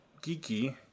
Geeky